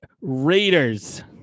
Raiders